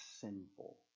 sinful